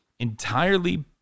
entirely